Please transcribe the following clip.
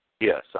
Yes